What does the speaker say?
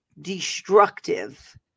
destructive